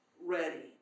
ready